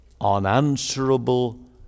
unanswerable